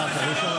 אחר כך, אחר כך.